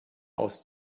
aus